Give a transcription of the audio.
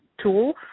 tool